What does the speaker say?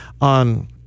on